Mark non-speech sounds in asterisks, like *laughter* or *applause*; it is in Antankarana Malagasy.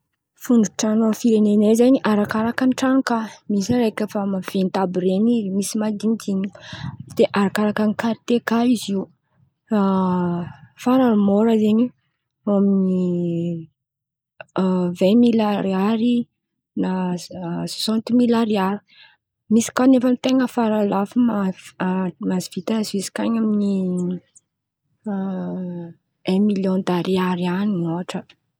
Fondro-tran̈o amin̈'ny firenen̈ay zen̈y arakaraka ny tran̈o kà. Misy araiky be efa maventy àby ren̈y misy madin̈idin̈iky arakaraka ny kartie kà zio. *hesitation* Farany môra zen̈y eo amin̈'ny vaimily ariary, soasantimily ariary, misy kà nefa ten̈a faran̈y lafo ma- mavita zisika an̈y amin̈'ny *hesitation* un miliôn d'ariary.